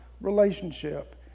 relationship